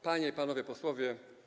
Panie i Panowie Posłowie!